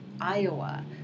Iowa